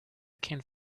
can’t